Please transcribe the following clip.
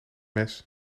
mes